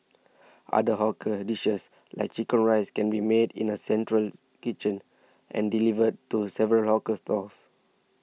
other hawker dishes like Chicken Rice can be made in a central kitchen and delivered to several hawker stalls